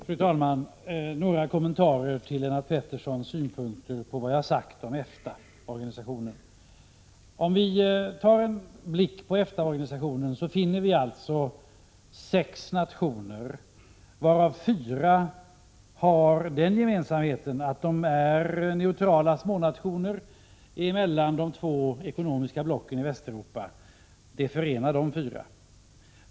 Fru talman! Låt mig ge några kommentarer till Lennart Petterssons synpunkter på vad jag har sagt om EFTA-organisationen. Om vi kastar en blick på EFTA-organisationen, finner vi sex nationer, varav fyra har den gemensamheten att de är neutrala smånationer mellan de två ekonomiska blocken i Västeuropa — det förenar dessa fyra.